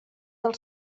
del